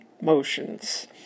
motions